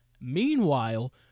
Meanwhile